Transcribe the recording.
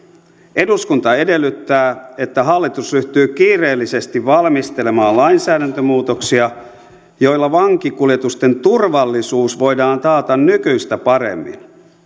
eduskunta edellyttää että hallitus ryhtyy kiireellisesti valmistelemaan lainsäädäntömuutoksia joilla vankikuljetusten turvallisuus voidaan taata nykyistä paremmin